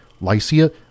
Lycia